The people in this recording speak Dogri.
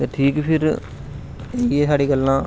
ठीक फिर इयै साढ़ी गल्लां